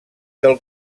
del